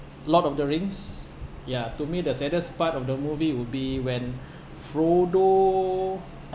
lord of the rings ya to me the saddest part of the movie would be when frodo